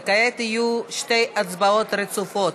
וכעת יהיו שתי הצבעות רצופות.